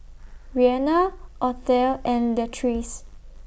Rianna Othel and Latrice